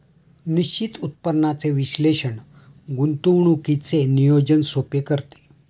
निश्चित उत्पन्नाचे विश्लेषण गुंतवणुकीचे नियोजन सोपे करते